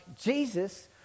Jesus